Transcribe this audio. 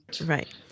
right